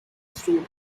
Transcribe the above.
through